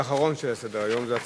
בעד, 7, אין מתנגדים ואין נמנעים.